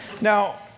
Now